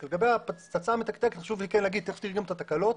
חלק מהתקלות